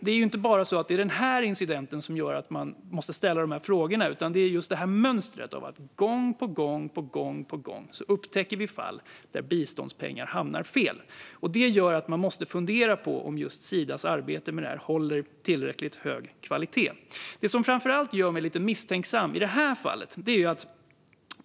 Det är inte bara den här incidenten som gör att man måste ställa dessa frågor, utan det finns ett mönster. Gång på gång upptäcker vi fall där biståndspengar hamnar fel. Det gör att man måste fundera på om Sidas arbete med detta håller tillräckligt hög kvalitet. Det är framför allt en sak som gör mig lite misstänksam i just det här fallet.